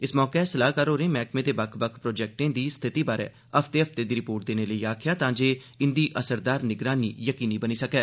इस मौके सलाहकार होरें मैहकमे दे बक्ख बक्ख प्रोजैक्टे दी स्थिति बारै हफ्ते हफ्ते दी रिपोर्ट देने लेई आक्खेया तां जे इन्दी असरदार निगरानी यकीनी बनी सकै